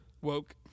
woke